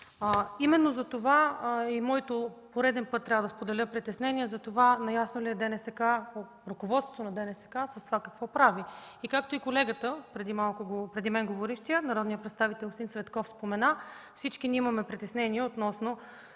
Именно затова за пореден път трябва да споделя моето притеснение – наясно ли е ръководството на ДНСК с това какво прави? Както и колегата, преди мен говорившият, народният представител господин Цветков спомена, всички имаме притеснения относно